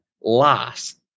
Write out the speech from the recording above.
last